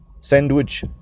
sandwich